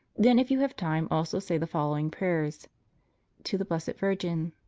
then if you have time also say the following prayers to the blessed virgin.